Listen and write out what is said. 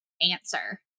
answer